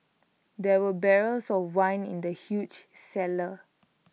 there were barrels of wine in the huge cellar